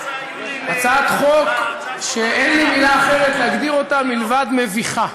הצעת חוק שאין לי מילה אחרת להגדיר אותה מלבד מביכה.